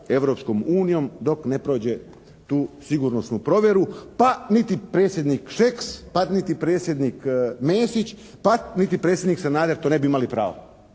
Europskom unijom dok ne prođe tu sigurnosnu provjeru pa niti predsjednik Šeks, pa niti predsjednik Mesić, pa niti predsjednik Sanader to ne bi imali pravo